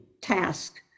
task